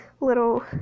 little